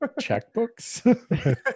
checkbooks